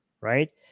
right